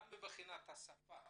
גם מבחינת השפה,